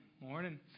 Morning